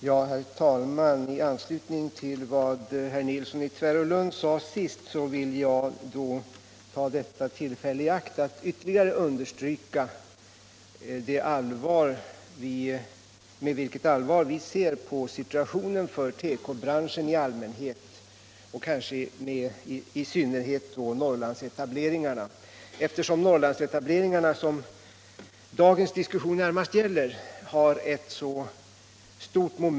Herr talman! I anslutning till vad herr Nilsson i Tvärålund sade senast vill jag ta detta tillfälle i akt att ytterligare understryka med vilket allvar vi ser på situationen för tekobranschen i allmänhet — och kanske i synnerhet Norrlandsetableringarna, som dagens diskussion närmast gäller.